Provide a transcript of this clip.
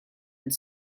and